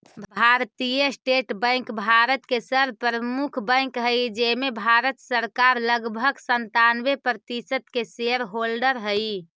भारतीय State Bank भारत के सर्व प्रमुख बैंक हइ जेमें भारत सरकार लगभग सन्तानबे प्रतिशत के शेयर होल्डर हइ